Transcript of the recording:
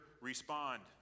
respond